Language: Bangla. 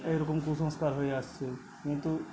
এরকম কুসংস্কার হয়ে আসছে কিন্তু